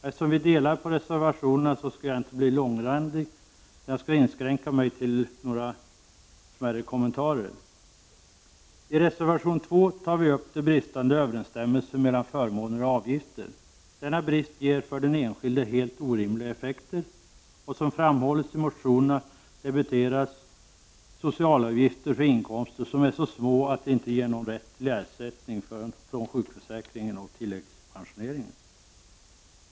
Eftersom vi delar på reservationerna skall jag inte bli långrandig, utan jag skall inskränka mig till några smärre kommentarer. I reservation 2 tar vi upp den bristande överensstämmelsen mellan förmåner och avgifter. Denna brist ger för den enskilde helt orimliga effekter. Som framhållits i motionerna debiteras socialavgifter för inkomster som är så små att de inte ger någon rätt till ersättning från sjukförsäkringen och tilläggspensioneringen.